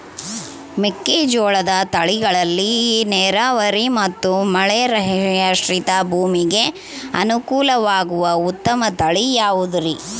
ಮೆಕ್ಕೆಜೋಳದ ತಳಿಗಳಲ್ಲಿ ನೇರಾವರಿ ಮತ್ತು ಮಳೆಯಾಶ್ರಿತ ಭೂಮಿಗೆ ಅನುಕೂಲವಾಗುವ ಉತ್ತಮ ತಳಿ ಯಾವುದುರಿ?